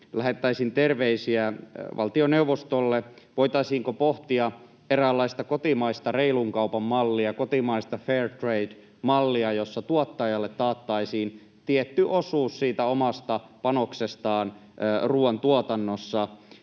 lähettäisin terveisiä valtioneuvostolle: voitaisiinko pohtia eräänlaista kotimaista reilun kaupan mallia, kotimaista fairtrade-mallia, jossa tuottajalle taattaisiin tietty osuus omasta panoksesta ruoantuotannossa.